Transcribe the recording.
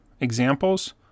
examples